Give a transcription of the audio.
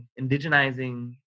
indigenizing